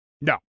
No